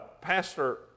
Pastor